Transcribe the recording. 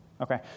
Okay